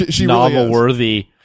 novel-worthy